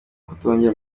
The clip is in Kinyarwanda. kutongera